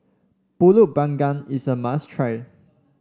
pulut Panggang is a must try